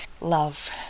love